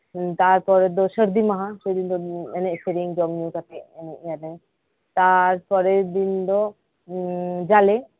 ᱛᱟᱨᱯᱚᱨᱮ ᱫᱚ ᱥᱟᱨᱫᱤ ᱢᱟᱦᱟ ᱥᱮᱫᱤᱱ ᱫᱚ ᱮᱱᱮᱡ ᱥᱮᱨᱮᱧ ᱡᱚᱢᱧᱩ ᱠᱟᱛᱮᱫ ᱮᱱᱮᱡ ᱟᱞᱮ ᱛᱟᱨᱯᱚᱨᱮᱨ ᱫᱤᱱ ᱫᱚᱡᱟᱞᱮ